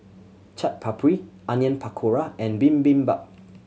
Chaat Papri Onion Pakora and Bibimbap